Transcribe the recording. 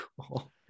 Cool